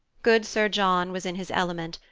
good sir john was in his element,